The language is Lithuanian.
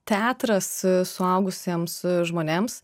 teatras suaugusiems žmonėms